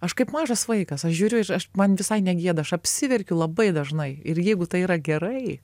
aš kaip mažas vaikas aš žiūriu ir man visai negėda aš apsiverkiu labai dažnai ir jeigu tai yra gerai